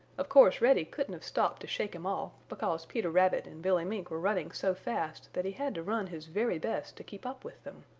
of course reddy couldn't have stopped to shake him off, because peter rabbit and billy mink were running so fast that he had to run his very best to keep up with them.